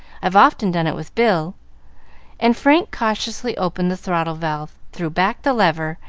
i've often done it with bill and frank cautiously opened the throttle-valve, threw back the lever,